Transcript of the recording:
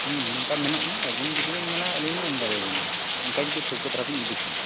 ᱦᱮᱸ ᱚᱱᱠᱟ ᱢᱮᱱᱟᱜᱼᱟ ᱟᱵᱤᱱ ᱡᱩᱫᱤᱵᱤᱱ ᱢᱮᱱᱟ ᱟᱹᱞᱤᱧᱞᱤᱧ ᱮᱢ ᱫᱟᱲᱮᱭᱟᱵᱤᱱᱟ ᱚᱱᱠᱟ ᱡᱩᱫᱤ ᱴᱷᱟᱹᱣᱠᱟᱹ ᱫᱷᱟᱨᱟᱵᱤᱱ ᱤᱫᱤᱭᱠᱷᱟᱱ